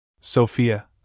Sophia